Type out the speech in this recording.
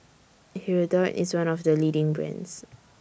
Hirudoid IS one of The leading brands